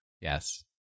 Yes